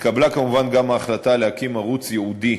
התקבלה כמובן גם ההחלטה להקים ערוץ ייעודי